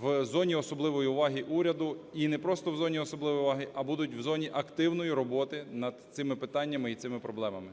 в зоні особливої уваги уряду і не просто в зоні особливої уваги, а будуть у зоні активної роботи над цими питаннями і цими проблемами.